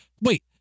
wait